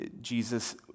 Jesus